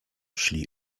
szli